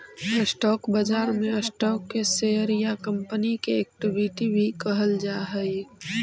stock बाजार में stock के शेयर या कंपनी के इक्विटी भी कहल जा हइ